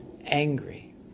angry